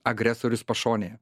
agresorius pašonėje